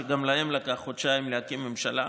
שגם להם לקח חודשיים להקים ממשלה,